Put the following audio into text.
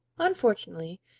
unfortunately,